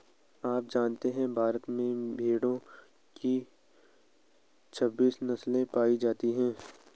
आप जानते है भारत में भेड़ो की छब्बीस नस्ले पायी जाती है